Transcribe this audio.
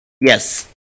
Yes